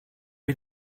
wir